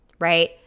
Right